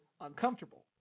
uncomfortable